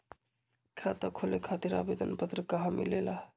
खाता खोले खातीर आवेदन पत्र कहा मिलेला?